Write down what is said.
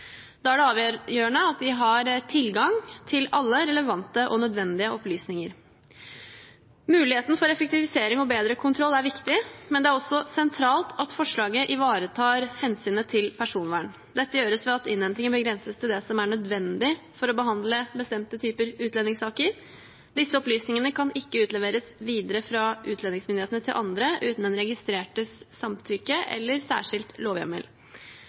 Da er det avgjørende at de har tilgang til alle relevante og nødvendige opplysninger. Muligheten for effektivisering og bedre kontroll er viktig, men det er også sentralt at forslaget ivaretar hensynet til personvern. Dette gjøres ved at innhentingen begrenses til det som er nødvendig for å behandle bestemte typer utlendingssaker. Disse opplysningene kan ikke utleveres videre fra utlendingsmyndighetene til andre uten den registrertes samtykke eller særskilt lovhjemmel.